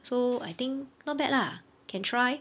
so I think not bad lah can try